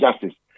justice